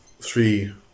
three